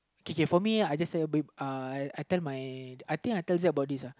K K for me I just tell uh I tell my I think I tell about this uh